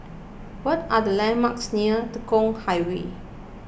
what are the landmarks near Tekong Highway